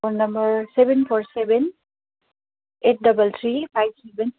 phone number seven four seven eight double three five seven